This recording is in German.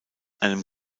einem